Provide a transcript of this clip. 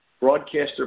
Broadcaster